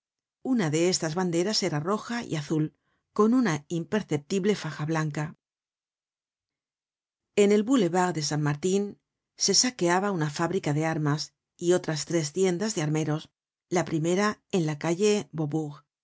una de estas banderas era roja y azul con una imperceptible faja blanca en el boulevard de san martin se saqueaba una fábrica de armas y otras tres tiendas de armeros la primera en la calle